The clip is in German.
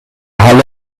halle